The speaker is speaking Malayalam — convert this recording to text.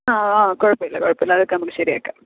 ആ ആ കുഴപ്പമില്ല കുഴപ്പമില്ല അതൊക്കെ നമുക്ക് ശരിയാക്കാം